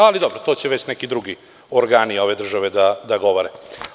Ali, dobro, to će već neki drugi organi ove države da govore.